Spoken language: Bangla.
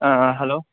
অ্যাঁ হ্যালো